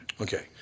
Okay